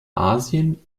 asien